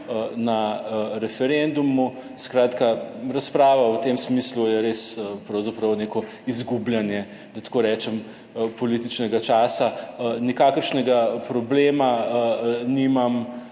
na referendumu. Skratka, razprava v tem smislu je res pravzaprav neko izgubljanje, da tako rečem, političnega časa. Nikakršnega problema nimam,